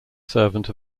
servant